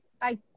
Bye